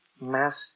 Master